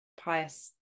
pious